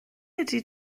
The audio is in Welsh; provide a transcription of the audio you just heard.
ydy